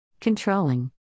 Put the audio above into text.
Controlling